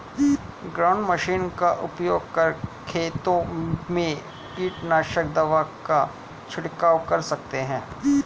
ground machine का उपयोग कर खेतों में कीटनाशक दवा का झिड़काव कर सकते है